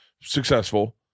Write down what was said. successful